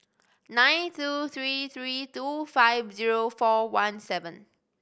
nine two three three two five zero four one seven